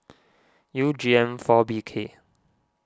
U G M four B K